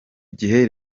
gihe